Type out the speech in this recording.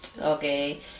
okay